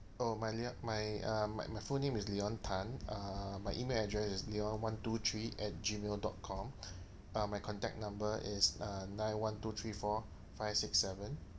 oh my leon my um my my full name is leon tan uh my email address is leon one to three at gmail dot com uh my contact number is uh nine one two three four five six seven